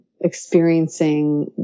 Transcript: experiencing